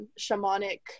shamanic